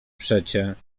przecie